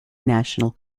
national